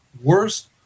worst